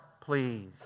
Please